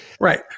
right